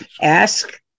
ask